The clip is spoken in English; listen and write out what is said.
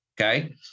Okay